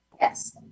Yes